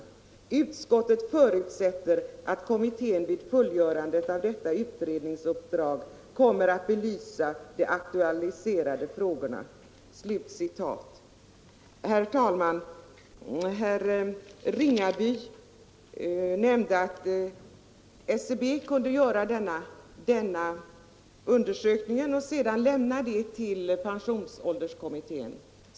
Utskottet förutsätter att kommittén vid fullgörandet av detta utredningsuppdrag kommer att belysa de aktualiserade frågorna.” Herr talman! Herr Ringaby nämnde att SCB kunde göra denna undersökning och sedan överlämna den till pensionskommittén.